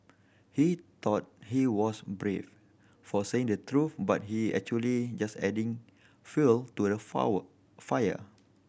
he thought he was brave for saying the truth but he actually just adding fuel to the fire